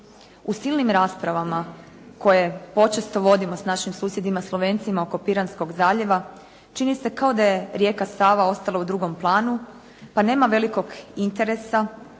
U silnim raspravama koje počesto vodimo sa našim susjedima Slovencija oko Piranskog zaljeva, čini se kao da je rijeka Sava ostala u drugom planu, pa nema velikog interesa